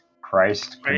Christ